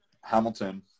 Hamilton